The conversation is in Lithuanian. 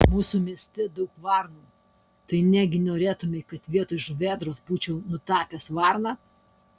mūsų mieste daug varnų tai negi norėtumei kad vietoj žuvėdros būčiau nutapęs varną